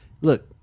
look